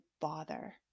bother